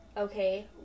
okay